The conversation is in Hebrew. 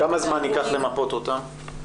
כמה זמן ייקח למפות אותן?